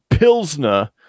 Pilsner